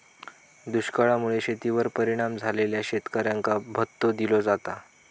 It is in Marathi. दुष्काळा मुळे शेतीवर परिणाम झालेल्या शेतकऱ्यांका भत्तो दिलो जाता